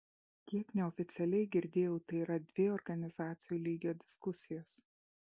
kiek neoficialiai girdėjau tai yra dvi organizacijų lygio diskusijos